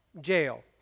Jail